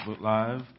Live